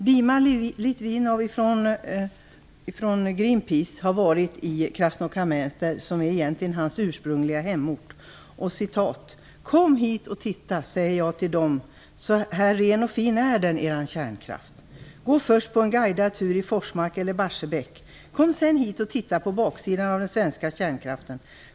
Dima Litvinov från Greenpeace har varit i Krasnokamensk, som egentligen är hans ursprungliga hemort. Han säger: "Kom hit och titta, säger jag till dem, så här ren och fin är den, eran kärnkraft. Gå först på en guidad tur i Forsmark eller Barsebäck. Kom sedan hit och titta på baksidan av den svenska kärnkraften.